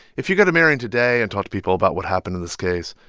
if you go to marion today and talk to people about what happened in this case,